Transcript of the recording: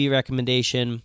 recommendation